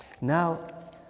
Now